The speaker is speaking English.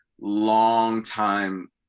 long-time